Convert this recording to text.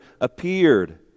appeared